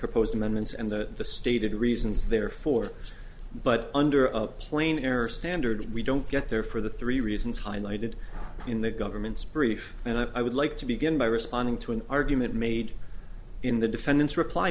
proposed amendments and that the stated reasons therefore but under of plain error standard we don't get there for the three reasons highlighted in the government's brief and i would like to begin by responding to an argument made in the defendant's reply